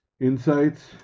insights